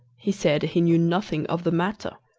he said he knew nothing of the matter.